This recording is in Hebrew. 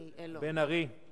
אלקין, תקשיב לי שנייה.